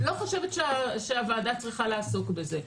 אני לא חושבת שהוועדה צריכה לעסוק בזה.